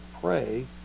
pray